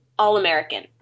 All-American